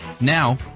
Now